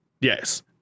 yes